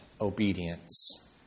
obedience